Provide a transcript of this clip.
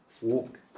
walk